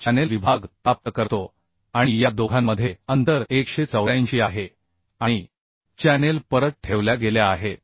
300 channel विभाग प्राप्त करतो आणि या दोघांमध्ये अंतर 184 आहे आणि चॅनेल परत ठेवल्या गेल्या आहेत